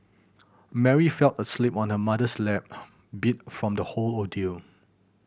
Mary fell asleep on her mother's lap beat from the whole ordeal